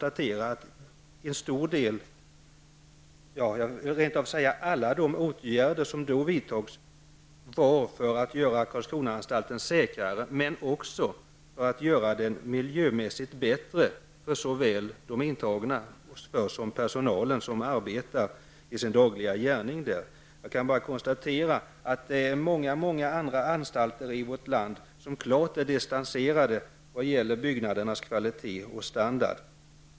Alla åtgärder vidtogs för att göra Karlskronaanstalten säker, men också för att göra den miljömässigt bättre för såväl de intagna som personalen. Många andra anstalter i vårt land är klart distanserade vad gäller byggnadernas kvalitet och standard.